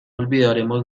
olvidaremos